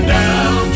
down